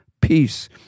peace